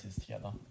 together